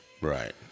Right